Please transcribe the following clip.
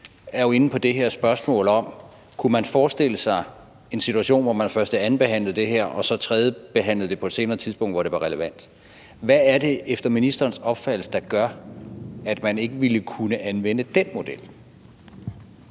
er jo inde på det her spørgsmål om, om man kunne forestille sig en situation, hvor man første- og andenbehandlede det her og så tredjebehandlede det på et senere tidspunkt, hvor det var relevant. Hvad er det efter ministerens opfattelse, der gør, at man ikke ville kunne anvende den model?